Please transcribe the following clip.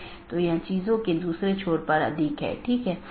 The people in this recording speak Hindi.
अब हम टीसीपी आईपी मॉडल पर अन्य परतों को देखेंगे